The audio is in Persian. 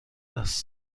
است